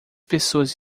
pessoas